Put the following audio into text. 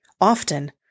often